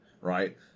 right